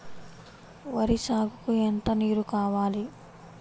వరి సాగుకు ఎంత నీరు కావాలి?